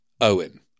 Owen